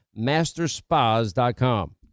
masterspas.com